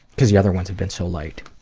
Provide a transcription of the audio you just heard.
cause the other ones have been so light.